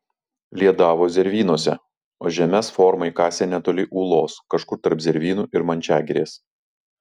liedavo zervynose o žemes formai kasė netoli ūlos kažkur tarp zervynų ir mančiagirės